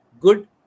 good